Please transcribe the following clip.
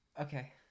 Okay